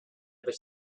other